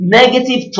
negative